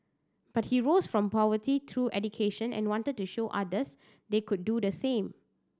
but he rose from poverty through education and wanted to show others they could do the same